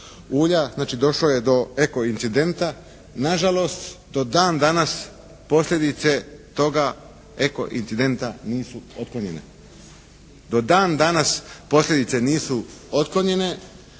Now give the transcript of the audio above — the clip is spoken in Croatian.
ulja. Znači, došlo je do eko incidenta. Na žalost, do dan danas posljedice tog eko incidenta nisu otklonjene. Do dan danas posljedice nisu otklonjene.